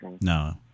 No